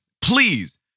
please